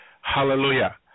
Hallelujah